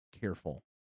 careful